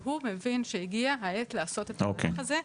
והוא מבין שהגיע העת לעשות את המהלך הזה,